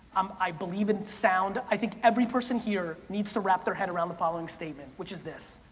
um i believe in sound, i think every person here needs to wrap their head around the following statement, which is this